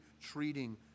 treating